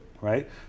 right